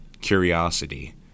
curiosity